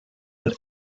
but